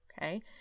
okay